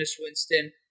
Winston